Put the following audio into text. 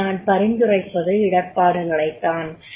இங்கு நான் பரிந்துரைப்பது இடர்ப்பாடுகளைத்தான்